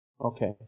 Okay